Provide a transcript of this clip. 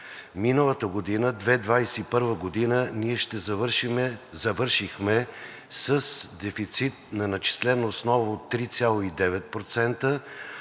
Миналата година, 2021 г., ние завършихме с дефицит на начислена основа от 3,9%,